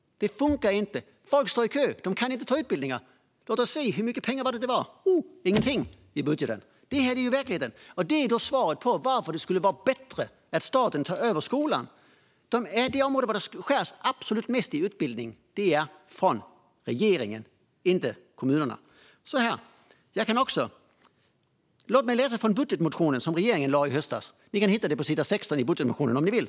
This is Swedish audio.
Det funkar inte. Folk står i kö; de kan inte börja på utbildningar. Låt oss titta i budgeten - hur mycket pengar var det? Ingenting! Detta är verkligheten. Det är alltså svaret på varför det skulle vara bättre om staten tog över skolan. De områden där det skärs ned absolut mest när det gäller utbildning är regeringens, inte kommunernas. Låt mig läsa ur budgetmotionen som regeringen lade fram i höstas. Ni kan hitta detta på sidan 16 i budgetmotionen, om ni vill.